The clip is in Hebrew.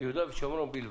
יהודה ושומרון בלבד.